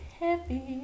heavy